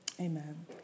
Amen